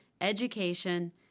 education